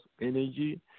energy